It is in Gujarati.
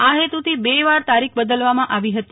આ હેતુંથી બે વાર તારીખ બદલવામાં આવી હતી